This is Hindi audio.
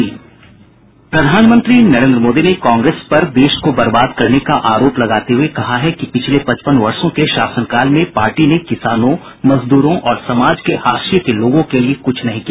प्रधानमंत्री नरेन्द्र मोदी ने कांग्रेस पर देश को बर्बाद करने का आरोप लगाते हुए कहा है कि पिछले पचपन वर्षो के शासनकाल में पार्टी ने किसानों मजदूरों और समाज के हाशिये के लोगों के लिए कुछ नहीं किया